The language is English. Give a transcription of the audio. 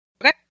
Okay